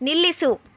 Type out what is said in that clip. ನಿಲ್ಲಿಸು